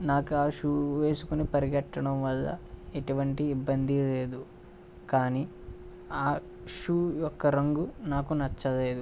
నాకు ఆ షూ వేసుకొని పరిగెత్తడం వల్ల ఎటువంటి ఇబ్బందీ లేదు కానీ ఆ షూ యొక్క రంగు నాకు నచ్చలేదు